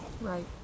Right